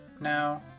now